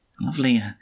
Lovely